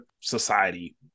Society